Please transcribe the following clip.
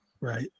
right